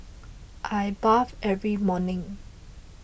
I bathe every morning